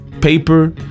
paper